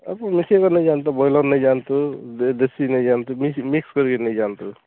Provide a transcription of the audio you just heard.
ଆପଣ ନିଶ୍ଚିନ୍ତ ନେଇଯାଆନ୍ତୁ ବଏଲର୍ ନେଇ ଯାଆନ୍ତୁ ଦେଶୀ ନେଇ ଯାଆନ୍ତୁ ମିକ୍ସ ମିକ୍ସ କରିକି ନେଇ ଯାଆନ୍ତୁ